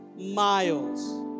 miles